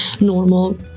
normal